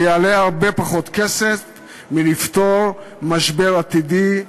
2. זה יעלה הרבה פחות כסף מלפתור משבר עתידי,